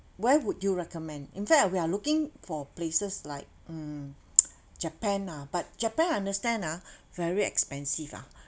where would you recommend in fact we're looking for places like mm japan ah but japan I understand ah very expensive ah